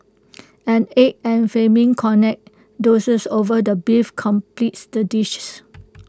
an egg and flaming cognac doused over the beef completes the dishes